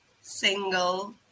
single